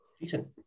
Decent